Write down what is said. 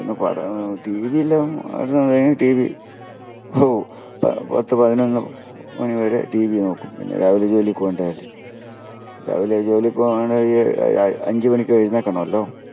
പിന്നെ പടം T V എല്ലാം അങ്ങനെ പത്ത് പതിനൊന്ന് മണി വരെ ടി വി നോക്കും പിന്നെ രാവിലെ ജോലിക്ക് പോകണ്ടതല്ലേ രാവിലെ ജോലിയ്ക്ക് പോണ അഞ്ച് മണിക്ക് എഴുന്നേൽക്കണമല്ലോ